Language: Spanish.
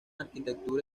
arquitectura